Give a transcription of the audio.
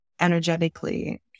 energetically